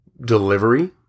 delivery